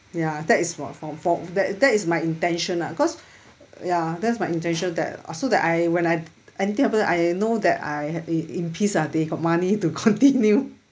ya that is for for for that that is my intention lah cause ya that's my intention that uh so that I when I anything happen I know that I have it in peace ah they got money to continue